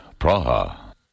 Praha